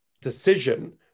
decision